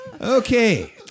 Okay